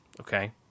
okay